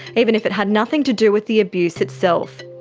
even if it had nothing to do with the abuse itself.